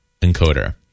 encoder